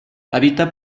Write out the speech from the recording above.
habita